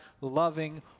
loving